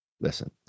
listen